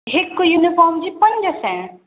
हिक यूनिफ़ॉर्म जी पंज सैं